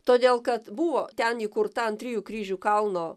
todėl kad buvo ten įkurta ant trijų kryžių kalno